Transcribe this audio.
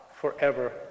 forever